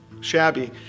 shabby